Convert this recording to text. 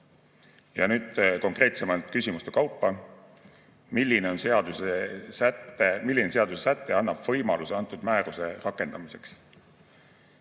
Ja nüüd konkreetsemalt küsimuste kaupa. "Milline seaduse säte annab võimaluse antud määruse rakendamiseks?"